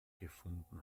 gefunden